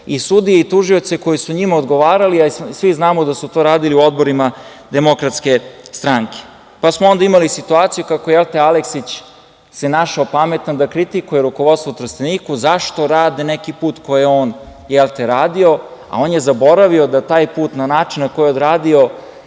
i sudije i tužioce koji su njima odgovarali. Svi znamo da su to radili u odborima Demokratske strane, pa smo onda imali situaciju kako Aleksić se našao pametan da kritikuje rukovodstvo u Trsteniku, zašto rade neki put koji je on radio, a on je zaboravio da na način na koji je odradio